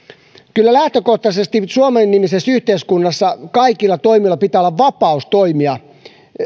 kyllä lähtökohtaisesti suomi nimisessä yhteiskunnassa kaikilla toimijoilla pitää olla vapaus toimia